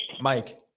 Mike